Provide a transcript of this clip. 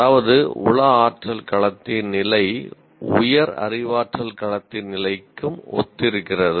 அதாவது உயர் உள ஆற்றல் களத்தின் நிலை உயர் அறிவாற்றல் களத்தின் நிலைக்கும் ஒத்திருக்கிறது